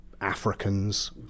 Africans